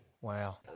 Wow